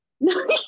No